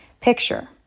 Picture